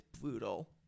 brutal